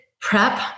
prep